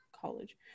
college